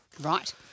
Right